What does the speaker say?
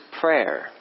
prayer